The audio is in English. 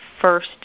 first